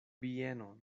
bieno